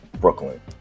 Brooklyn